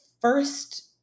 first